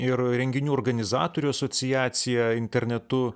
ir renginių organizatorių asociacija internetu